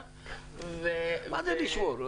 מה זה לשמור?